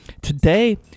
today